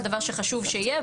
זה דבר שחשוב שיהיה,